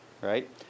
Right